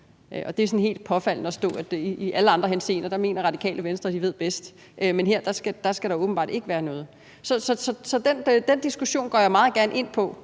sådan helt påfaldende, at i alle andre henseender mener Radikale Venstre, at de ved bedst, men her skal der åbenbart ikke være noget. Så den diskussion går jeg meget gerne ind i.